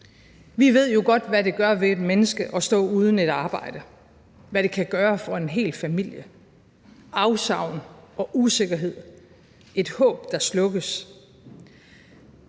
Vi ved jo godt, hvad det gør ved et menneske at stå uden et arbejde, hvad det kan gøre for en hel familie. Der er tale om afsavn, usikkerhed og et håb, der slukkes.